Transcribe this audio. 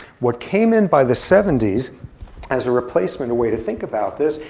what came in by the seventy s as a replacement, a way to think about this,